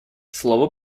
слово